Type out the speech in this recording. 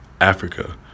Africa